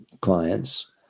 clients